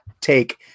take